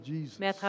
Jesus